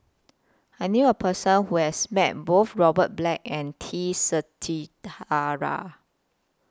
I knew A Person Who has Met Both Robert Black and T Sasitharan